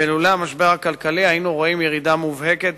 ולולא המשבר הכלכלי היינו רואים ירידה מובהקת